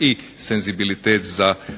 i senzibilitet za